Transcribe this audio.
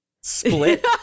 Split